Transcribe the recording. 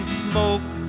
smoke